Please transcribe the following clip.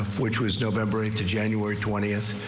which was november to january twentieth.